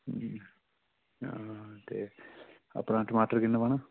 ते आ ते अपना टमाटर किन्ना पाना